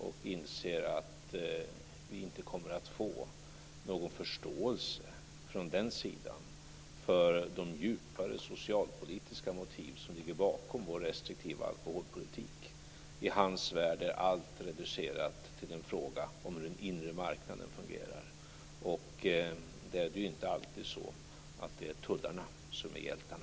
Jag inser att vi inte kommer att få någon förståelse från den sidan för de djupare socialpolitiska motiv som ligger bakom vår restriktiva alkoholpolitik. I hans värld är allt reducerat till en fråga om hur den inre marknaden fungerar. Där är det inte alltid så att det är tullarna som är hjältarna.